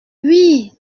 oui